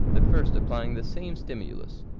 the first applying the same stimulus.